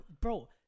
bro